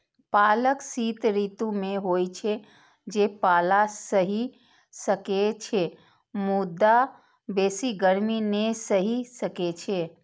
पालक शीत ऋतु मे होइ छै, जे पाला सहि सकै छै, मुदा बेसी गर्मी नै सहि सकै छै